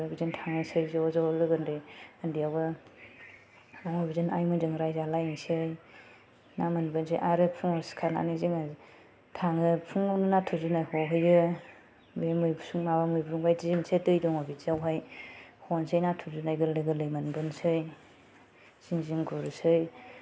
गुरो बिदिनो थांनोसै ज' ज' लोगो उन्दै उन्दैयावबो बिदिनो आइमोनजों रायजालायनोसै ना मोनबोनोसै आरो फुंआव सिखारनानै जोङो थाङो फुंआवनो नाथुर जुनाय हहैयो बे मैसुंआव माबा मैब्रु बायदि मोनसे दै दङ बिदियावहाय हनोसै नाथुर जुनाय गोरलै गोरलै मोनबोनोसै जिं जिं गुरनोसै